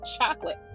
chocolate